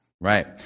right